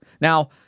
Now